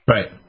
Right